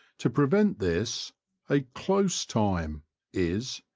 to pre vent this a close time is,